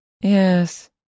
Yes